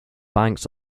banks